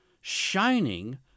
shining